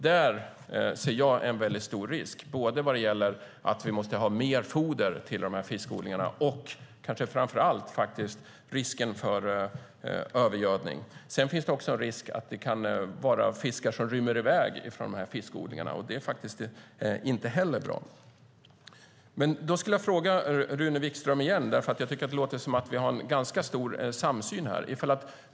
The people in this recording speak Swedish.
Där ser jag en väldigt stor risk vad gäller att vi måste ha mer foder till de här fiskodlingarna och kanske framför allt risken för övergödning. Det finns även en risk att fiskar rymmer i väg från fiskodlingarna, och det är inte heller bra. Det låter som att vi har en ganska stor samsyn här.